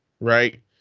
Right